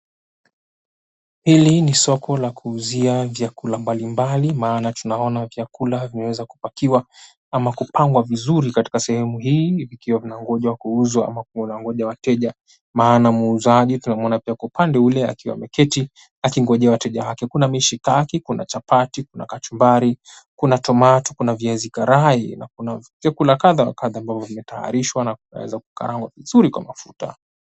Hili ni soko la kuuzia vyakula mbalimbali maana tunaona vyakula vimeweza kupakiwa ama kupangwa vizuri katika sehemu hii vikiwa vinangoja kuuzwa ama kungoja wateja. Maana muuzaji tunamuona pia kwa upande ule akiwa ameketi akingojea wateja wake. Kuna mishikaki, kuna chapati, kuna kachumbari, kuna tomato , kuna viazi karai na kuna vyakula kadha wa kadha ambavyo vimetayarishwa na vinaweza kukaangwa vizuri kwa mafuta.